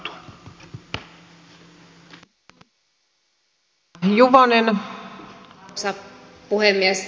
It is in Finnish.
arvoisa puhemies